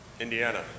Indiana